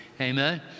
Amen